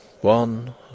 One